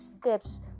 steps